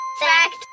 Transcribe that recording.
Fact